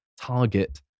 target